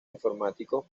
informáticos